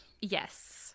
yes